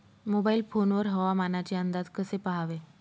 Mobile phone वर हवामानाचे अंदाज कसे पहावे?